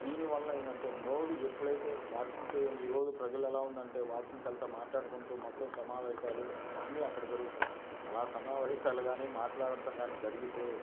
దీనివలన ఏందంటే నోరు ఎప్పుడైతే వాకింగ్ చేయాలి ఈరోజు ప్రజలెలా ఉందంటే వాకింగ్కెళ్తే మాటాడుకుంటూ మొత్తం సమావేశాలు అన్ని అక్కడ జరుగుతున్నాయి అలా సమావేశాలు గానీ మాట్లాడతం గానీ జరిగితే